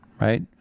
right